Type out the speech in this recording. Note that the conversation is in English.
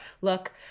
look